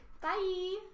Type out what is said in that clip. Bye